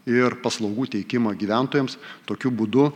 ir paslaugų teikimą gyventojams tokiu būdu